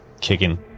kicking